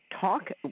talk